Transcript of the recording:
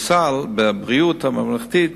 ייכנס לבריאות הממלכתית,